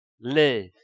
live